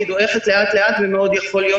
היא דועכת לאט לאט ומאוד יכול להיות